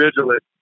vigilant